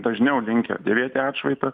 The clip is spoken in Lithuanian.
dažniau linkę dėvėti atšvaitą